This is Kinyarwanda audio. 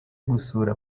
gusura